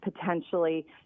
potentially